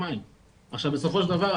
עכשיו בסופו של דבר,